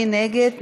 מי נגד?